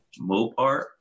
Mopar